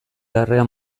larrea